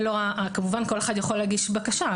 כמובן כל אחד יכול להגיש בקשה,